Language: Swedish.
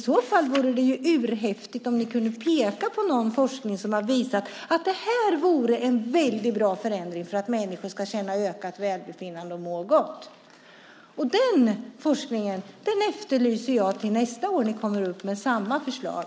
I så fall vore det ju urhäftigt om ni kunde peka på någon forskning som har visat att det här vore en bra förändring för att människor ska känna ökat välbefinnande och må gott. Den forskningen efterlyser jag till nästa år då ni kommer upp med samma förslag.